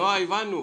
נועה, הבנו.